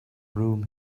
room